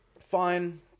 fine